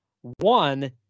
one